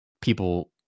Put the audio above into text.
people